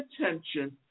attention